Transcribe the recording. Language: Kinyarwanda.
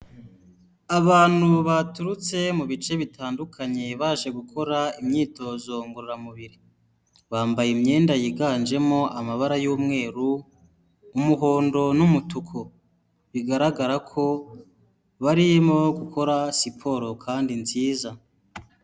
Abantu baturutse mu bice bitandukanye baje gukora imyitozo ngororamubiri, bambaye imyenda yiganjemo amabara y'umweru, umuhondo n'umutuku, bigaragara ko barimo gukora siporo kandi nziza.